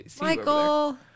Michael